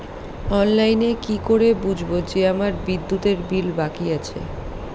অনলাইনে কি করে বুঝবো যে আমার বিদ্যুতের বিল বাকি আছে?